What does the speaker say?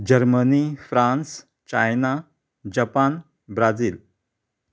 Germany France China Japan Brazil